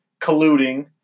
colluding